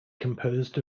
composed